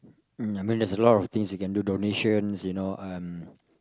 um I mean there's a lot of things you can do donations you know um